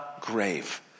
grave